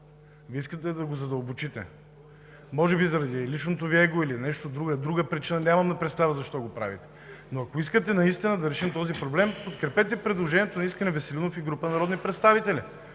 Вие искате да го задълбочите – може би заради личното Ви его или по друга причина. Нямам представа защо го правите, но ако искате наистина да решим този проблем, подкрепете предложението на Искрен Веселинов и група народни представители.